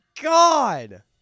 god